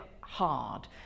hard